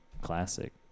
classic